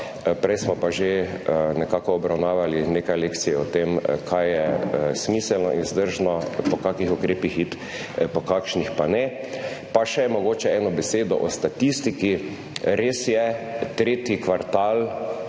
prej smo pa že nekako obravnavali nekaj lekcije o tem kaj je smiselno in vzdržno po kakšnih ukrepih iti, po kakšnih pa ne. Pa še mogoče eno besedo o statistiki. Res je, tretji kvartal,